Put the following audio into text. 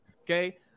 Okay